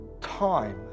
time